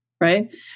right